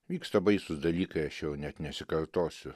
vyksta baisūs dalykai aš jau net nesikartosiu